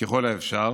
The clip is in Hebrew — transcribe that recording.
ככל האפשר